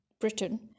Britain